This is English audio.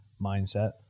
mindset